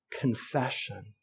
confession